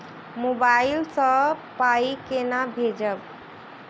Mobile सँ पाई केना भेजब?